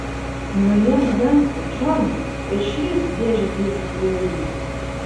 nuimk dangtį džonai ir šveisk dėžę tiesiai į ugnį